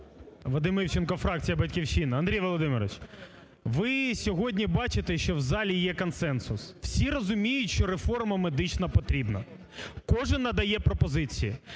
Вадим Івченко, фракція "Батьківщина". Андрій Володимирович, ви сьогодні бачите, що в залі є консенсус. Всі розуміють, що реформа медична потрібна. Кожен надає пропозиції.